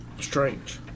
Strange